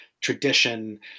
tradition